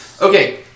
Okay